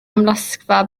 amlosgfa